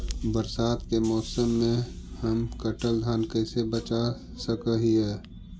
बरसात के मौसम में हम कटल धान कैसे बचा सक हिय?